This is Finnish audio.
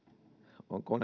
onko